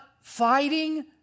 fighting